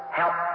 help